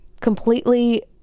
completely